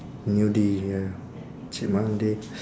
nudie ya cheap monday